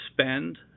spend